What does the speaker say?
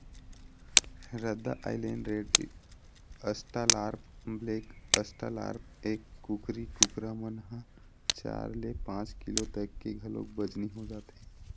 रद्दा island red, australorp, black australorp, ए कुकरी कुकरा मन ह चार ले पांच किलो तक के घलोक बजनी हो जाथे